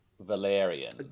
Valerian